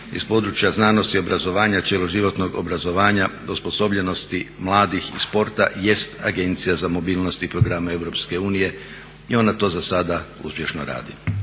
iz područja znanosti i obrazovanja, cjeloživotnog obrazovanja, osposobljenosti mladih i sporta jest Agencija za mobilnost i programe Europske unije i ona to za sada uspješno radi.